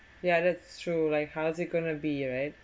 yeah that's true like how's it gonna be right